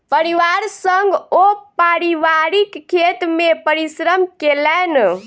परिवार संग ओ पारिवारिक खेत मे परिश्रम केलैन